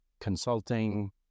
consulting